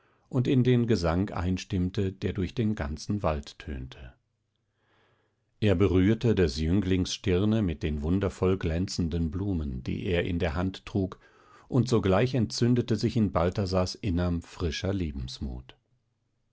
und in den gesang einstimmte der durch den ganzen wald tönte er berührte des jünglings stirne mit den wundervoll glänzenden blumen die er in der hand trug und sogleich entzündete sich in balthasars innerm frischer lebensmut